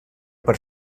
per